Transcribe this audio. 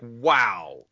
wow